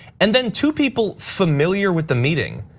and then two people familiar with the meeting.